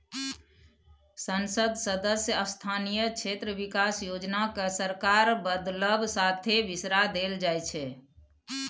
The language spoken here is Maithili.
संसद सदस्य स्थानीय क्षेत्र बिकास योजना केँ सरकार बदलब साथे बिसरा देल जाइ छै